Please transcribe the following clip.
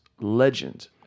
Legend